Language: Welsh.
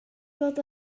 fod